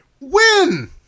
Win